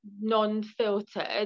non-filtered